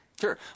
Sure